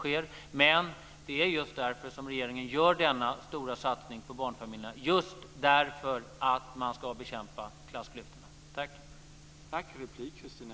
Det är just för att man ska bekämpa klassklyftorna som regeringen gör denna stora satsning på barnfamiljerna.